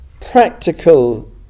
practical